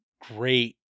great